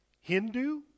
Hindu